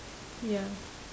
ya